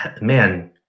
man